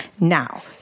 Now